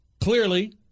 clearly